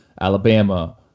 Alabama